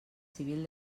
civil